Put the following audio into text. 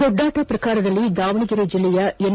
ದೊಡ್ಡಾಟ ಪ್ರಕಾರದಲ್ಲಿ ದಾವಣಗೆರೆ ಜಿಲ್ಲೆಯ ಎನ್